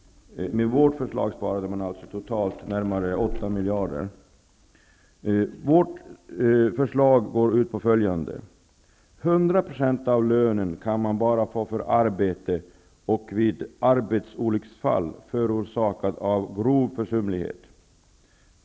Med vårt förslag sparar man totalt närmare 8 miljarder. Vårt förslag går ut på följande. 100 % av lönen kan man få bara för arbete och vid arbetsolycksfall förorsakat av grov försumlighet.